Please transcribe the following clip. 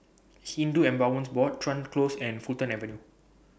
Hindu Endowments Board Chuan Close and Fulton Avenue